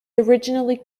originally